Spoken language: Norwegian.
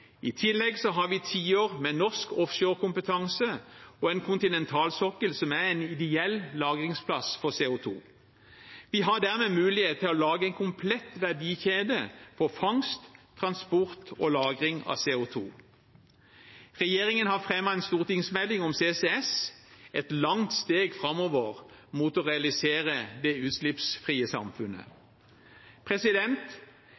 I tillegg har vi tiår med norsk offshorekompetanse og en kontinentalsokkel som er en ideell lagringsplass for CO 2 . Vi har dermed mulighet til å lage en komplett verdikjede for fangst, transport og lagring av CO 2 . Regjeringen har fremmet en stortingsmelding om CCS, et langt steg framover mot å realisere det utslippsfrie